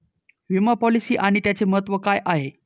विमा पॉलिसी आणि त्याचे महत्व काय आहे?